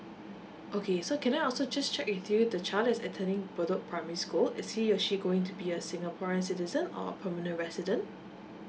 okay so can I also just check with you the child is attending bedok primary school is he or she going to be a singaporean citizen or permanent resident